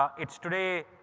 ah it's today,